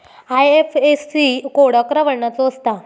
IFSC code अकरा वर्णाचो असता